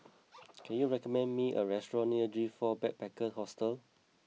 can you recommend me a restaurant near G four Backpackers Hostel